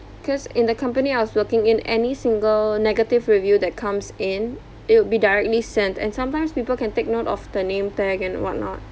cause in the company I was working in any single negative review that comes in it will be directly sent and sometimes people can take note of the name tag and whatnot